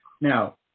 Now